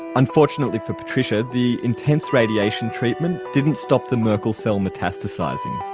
unfortunately for patricia, the intense radiation treatment didn't stop the merkel cell metastasising.